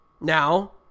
Now